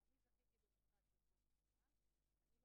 אתתים